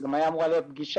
גם הייתה אמורה להיות פגישה.